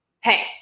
hey